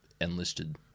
enlisted